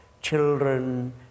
children